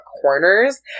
corners